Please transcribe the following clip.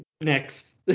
next